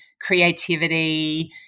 creativity